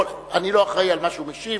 אני לא אחראי למה שהוא משיב,